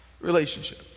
relationship